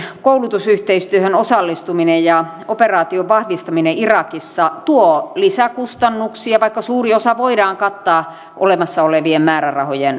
turvallisuussektorin koulutusyhteistyöhön osallistuminen ja operaation vahvistaminen irakissa tuo lisäkustannuksia vaikka suuri osa voidaan kattaa olemassa olevien määrärahojen puitteissa